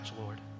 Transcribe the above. Lord